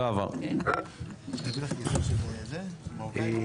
הצבעה בעד,